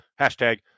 Hashtag